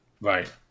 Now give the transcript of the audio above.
Right